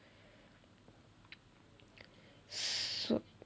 so